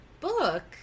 book